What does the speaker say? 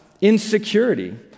insecurity